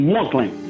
Muslim